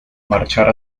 marchar